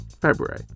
February